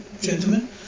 gentlemen